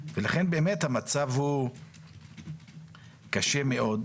ולכן, באמת המצב קשה מאוד.